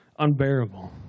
unbearable